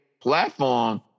platform